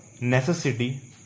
necessity